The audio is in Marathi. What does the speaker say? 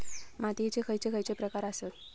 मातीयेचे खैचे खैचे प्रकार आसत?